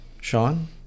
Sean